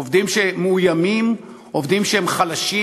עובדים שמאוימים, עובדים שהם חלשים,